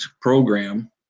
program